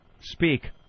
Speak